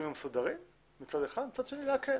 יהיו מסודרים מצד אחד ומצד שני להקל.